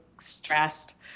stressed